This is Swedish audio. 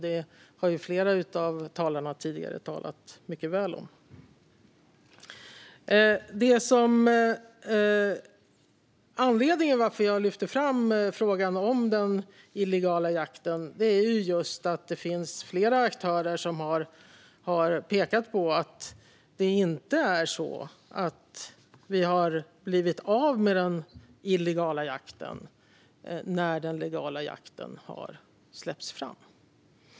Det har flera talare tidigare talat mycket väl om. Anledningen till att jag lyfter fram frågan om den illegala jakten är just att det finns flera aktörer som har pekat på att det inte är så att vi har blivit av med den illegala jakten när den legala jakten har släppts fram.